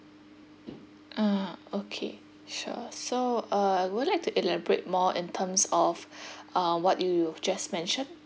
ah okay sure so uh would like to elaborate more in terms of uh what you you've just mentioned